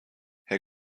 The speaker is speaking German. herr